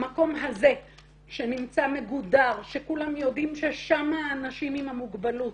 המקום הזה שנמצא מגודר שכולם יודעים ששם האנשים עם המוגבלות,